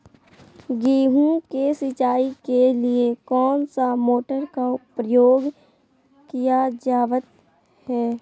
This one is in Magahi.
गेहूं के सिंचाई के लिए कौन सा मोटर का प्रयोग किया जावत है?